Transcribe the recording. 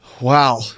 Wow